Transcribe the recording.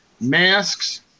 masks